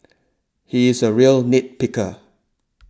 he is a real nit picker